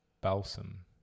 balsam